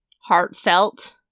heartfelt